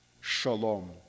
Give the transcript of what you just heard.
shalom